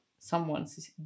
someone's